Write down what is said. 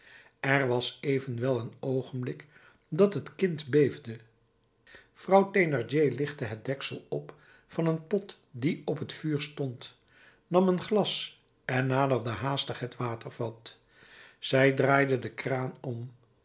er was evenwel een oogenblik dat het kind beefde vrouw thénardier lichtte het deksel op van een pot die op t vuur stond nam een glas en naderde haastig het watervat zij draaide de kraan om